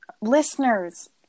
listeners